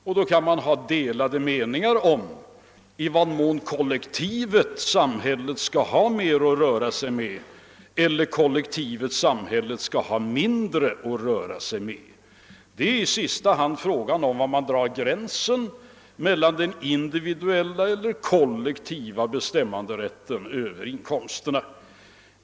Och då kan man ha delade meningar om i vad mån kollektivet-samhället skall ha mer eller mindre att röra sig med. I sista hand är det fråga om var man drar gränsen mellan den individuella och den kollektiva bestämmanderätten över inkomsterna.